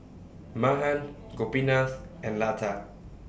Mahan Gopinath and Lata